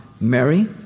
Mary